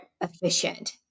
efficient